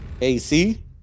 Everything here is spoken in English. AC